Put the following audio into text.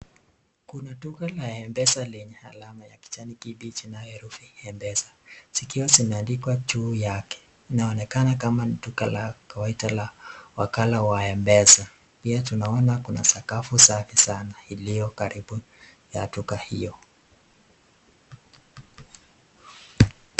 Kuna duka la M-Pesa lenye alama ya kijani kibichi na herufi M-Pesa zikiwa zimeandikwa juu yake. Inaonekana kama duka la kawaida la wakala wa M-Pesa. Pia tunaona kuna sakafu safi sana iliyo karibu ya duka hiyo.